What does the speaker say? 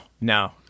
no